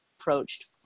approached